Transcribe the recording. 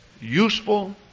useful